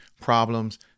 problems